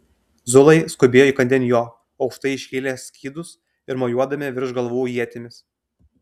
zulai skubėjo įkandin jo aukštai iškėlę skydus ir mojuodami virš galvų ietimis